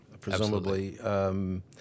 presumably